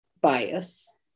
bias